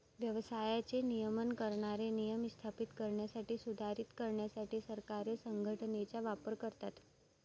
व्यवसायाचे नियमन करणारे नियम स्थापित करण्यासाठी, सुधारित करण्यासाठी सरकारे संघटनेचा वापर करतात